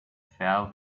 fell